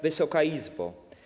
Wysoka Izbo!